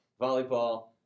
Volleyball